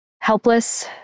Helpless